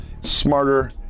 smarter